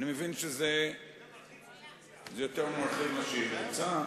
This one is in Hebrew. אני מבין שזה יותר מרחיב ממה שהיא רוצה,